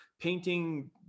painting